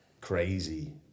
crazy